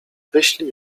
wyślij